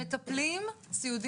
מחסור בעובדים זרים.